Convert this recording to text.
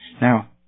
Now